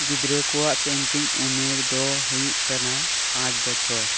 ᱜᱤᱫᱽᱨᱟᱹ ᱠᱚᱣᱟᱜ ᱯᱮᱱᱴᱤᱝ ᱩᱢᱮᱨ ᱫᱚ ᱦᱩᱭᱩᱜ ᱠᱟᱱᱟ ᱯᱟᱸᱪ ᱵᱚᱪᱷᱚᱨ